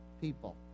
people